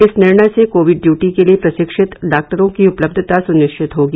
इस निर्णय से कोविड ड्यूटीके लिए प्रशिक्षित डॉक्टरों की उपलब्धता सुनिश्चित होगी